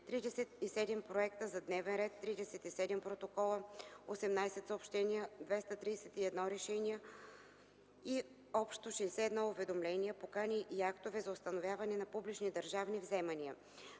37 проекта за дневен ред, 37 протокола, 18 съобщения, 231 решения и общо 61 уведомления, покани и актове за установяване на публични държавни вземания.